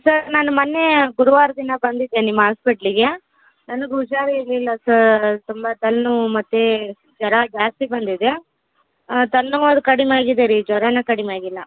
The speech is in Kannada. ಸರ್ ನಾನು ಮೊನ್ನೆ ಬುಧವಾರ ದಿನ ಬಂದಿದ್ದೆ ನಿಮ್ಮ ಹಾಸ್ಪಿಟ್ಲಿಗೆ ನನಗೆ ಹುಷಾರಿರಲಿಲ್ಲ ಸರ್ ತುಂಬ ತಲೆ ನೋವು ಮತ್ತು ಜ್ವರ ಜಾಸ್ತಿ ಬಂದಿದೆ ತಲೆನೋವ್ ಆದರು ಕಡಿಮೆ ಆಗಿದೆ ರೀ ಜ್ವರ ಕಡಿಮೆ ಆಗಿಲ್ಲ